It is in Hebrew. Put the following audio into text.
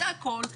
זה הכול.